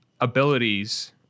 abilities